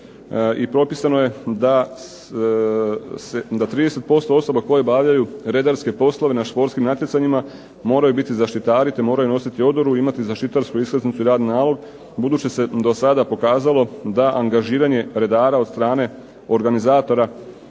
I propisano je da 30% osoba koje obavljaju redarske poslove na športskim natjecanjima moraju biti zaštitari, te moraju nositi odoru i imati zaštitarsku iskaznicu i radni nalog. Budući se do sada pokazalo da angažiranje redara od strane organizatora